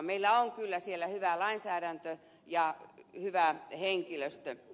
meillä on kyllä siellä hyvä lainsäädäntö ja hyvä henkilöstö